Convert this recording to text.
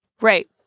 Right